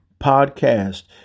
podcast